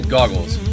Goggles